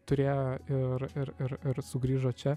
turėjo ir ir ir ir sugrįžo čia